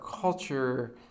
culture